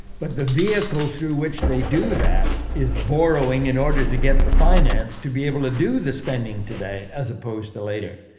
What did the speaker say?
but the vehicle through which they do that is borrowing in order to get the finance to be able to do the spending today as opposed to later.